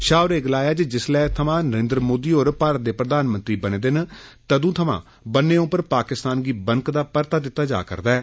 शाह होरे गलाया जे जिसलै थमां नरेन्द्र मोदी होर भारत दे प्रधानमंत्री बने दे न तदु थमा बन्ने पर पाकिस्तान गी बनकदा परता दित्ता जा'रदा ऐ